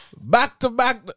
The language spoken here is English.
back-to-back